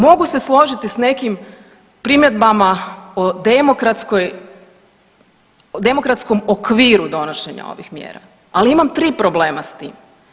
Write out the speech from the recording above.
Mogu se složiti s nekim primjedbama o demokratskoj, demokratskom okviru donošenja ovih mjera, ali imam 3 problema s tim.